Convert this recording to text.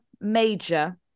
major